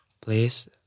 Please